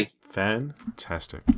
Fantastic